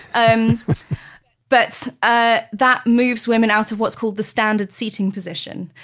um but ah that moves women out of what's called the standard seating position,